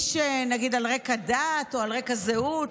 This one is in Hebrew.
נגיד, על רקע דת או על רקע זהות,